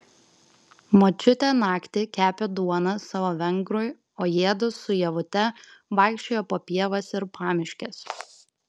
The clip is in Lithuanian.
močiutė naktį kepė duoną savo vengrui o jiedu su ievute vaikščiojo po pievas ir pamiškes